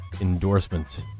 endorsement